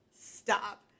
Stop